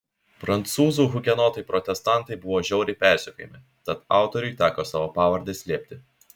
prancūzų hugenotai protestantai buvo žiauriai persekiojami tad autoriui teko savo pavardę slėpti